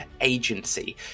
Agency